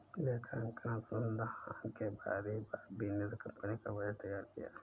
लेखांकन अनुसंधान के बाद ही बॉबी ने कंपनी का बजट तैयार किया